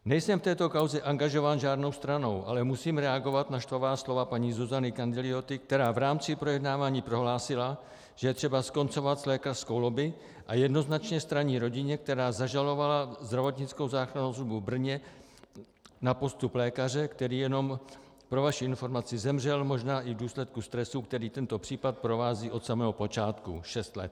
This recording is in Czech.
Nejsem v této kauze angažován žádnou stranou, ale musím reagovat na štvavá slova paní Zuzany Candiglioty, která v rámci projednávání prohlásila, že je třeba skoncovat s lékařskou lobby, a jednoznačně straní rodině, která zažalovala zdravotnickou záchrannou službu v Brně za postup lékaře, který, jenom pro vaši informaci, zemřel, možná i v důsledku stresu, který tento případ provází od samého počátku, šest let.